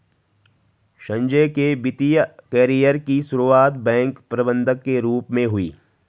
संजय के वित्तिय कैरियर की सुरुआत बैंक प्रबंधक के रूप में हुई